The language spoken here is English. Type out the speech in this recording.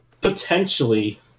potentially